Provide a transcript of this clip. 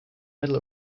middle